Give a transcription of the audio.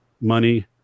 money